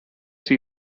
see